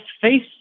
face